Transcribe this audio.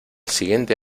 siguiente